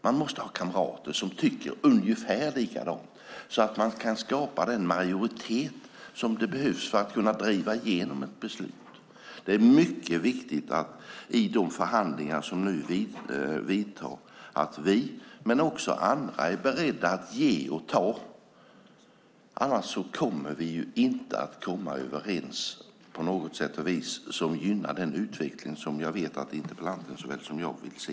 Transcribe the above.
Man måste ha kamrater som tycker ungefär likadant så att man kan skapa den majoritet som behövs för att kunna driva igenom ett beslut. Det är mycket viktigt att vi, men också andra, är beredda att ge och ta i de förhandlingar som vi vidtar. Annars kommer vi inte att komma överens på något sätt och vis som gynnar den utveckling som jag vet att interpellanten såväl som jag vill se.